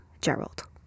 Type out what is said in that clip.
Gerald